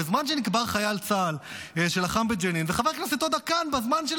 בזמן שנקבר חייל צה"ל שלחם בג'נין וחבר הכנסת עודה כאן,